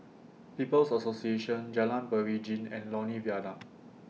People's Association Jalan Beringin and Lornie Viaduct